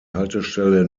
haltestelle